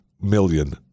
million